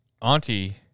Auntie